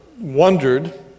wondered